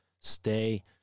stay